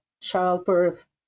childbirth